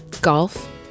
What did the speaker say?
Golf